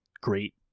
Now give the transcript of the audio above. great